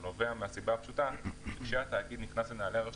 זה נובע מהסיבה הפשוטה שהתאגיד נכנס לנעלי הרשות